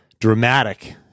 dramatic